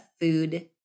food